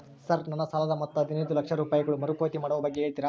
Sir ನನ್ನ ಸಾಲದ ಮೊತ್ತ ಹದಿನೈದು ಲಕ್ಷ ರೂಪಾಯಿಗಳು ಮರುಪಾವತಿ ಮಾಡುವ ಬಗ್ಗೆ ಹೇಳ್ತೇರಾ?